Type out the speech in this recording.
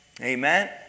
Amen